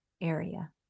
area